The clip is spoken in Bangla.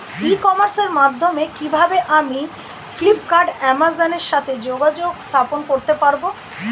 ই কমার্সের মাধ্যমে কিভাবে আমি ফ্লিপকার্ট অ্যামাজন এর সাথে যোগাযোগ স্থাপন করতে পারব?